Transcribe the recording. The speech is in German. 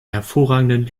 hervorragenden